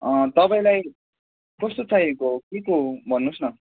तपाईँलाई कस्तो चाहिएको हो केको भन्नुहोस् न